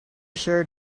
shirt